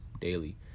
daily